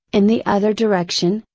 in the other direction,